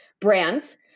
brands